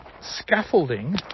scaffolding